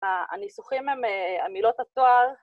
‫הניסוחים הם המילות התואר.